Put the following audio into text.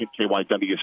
KYW